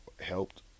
helped